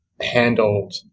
handled